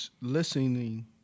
listening